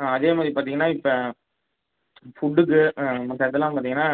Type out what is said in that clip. ஆ அதேமாதிரி பார்த்திங்கனா இப்போ ஃபுட்டுக்கு மற்ற இதெல்லாம் பார்த்திங்கனா